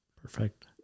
Perfect